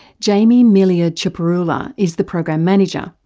jamie millier tjupurrula is the program manager.